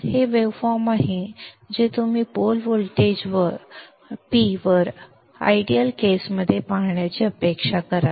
हे wave form आहे जे तुम्ही पोल व्होल्टेज वर P वर आदर्श केसमध्ये पाहण्याची अपेक्षा कराल